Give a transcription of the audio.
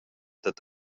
dad